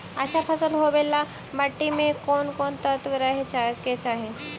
अच्छा फसल होबे ल मट्टी में कोन कोन तत्त्व रहे के चाही?